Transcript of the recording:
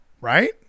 right